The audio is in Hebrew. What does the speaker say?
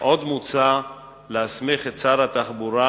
עוד מוצע להסמיך את שר התחבורה,